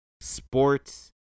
sports